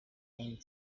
and